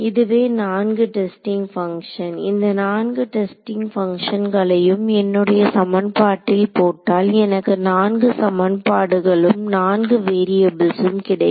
இதுவே 4 testing function இந்த நான்கு டெஸ்டிங் பங்க்ஷன்களையும் என்னுடைய சமன்பாட்டில் போட்டால் எனக்கு நான்கு சமன்பாடுகளும் நான்கு வேரியபுள்ஸ்ம் கிடைக்கும்